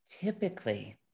Typically